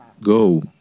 go